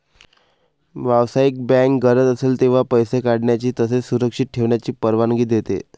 व्यावसायिक बँक गरज असेल तेव्हा पैसे काढण्याची तसेच सुरक्षित ठेवण्याची परवानगी देते